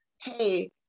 hey